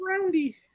Roundy